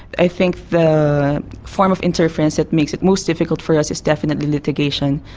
i think the form of interference that makes it most difficult for us is definitely litigation.